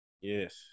Yes